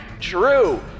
true